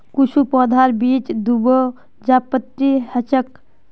कुछू पौधार बीज द्विबीजपत्री ह छेक